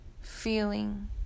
feeling